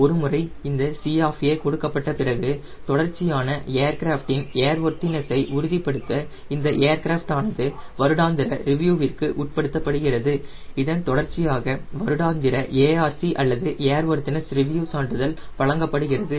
ஒருமுறை இந்த C of A கொடுக்கப்பட்ட பிறகு தொடர்ச்சியான ஏர்கிராஃப்டின் ஏர்வொர்தினசை உறுதிப்படுத்த இந்த ஏர்கிராஃப்ட் ஆனது வருடாந்திர ரிவியூற்கு உட்படுத்தப்படுகிறது இதன் தொடர்ச்சியாக வருடாந்திர ARC அல்லது ஏர்வொர்தினஸ் ரிவியூ சான்றிதழ் வழங்கப்படுகிறது